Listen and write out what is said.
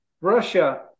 Russia